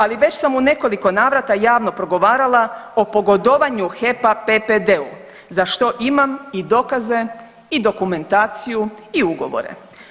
Ali, već sam u nekoliko navrata javno progovarala o pogodovanju HEP-a PPD-u za što imam i dokaze i dokumentaciju i ugovore.